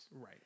Right